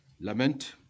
lament